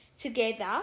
together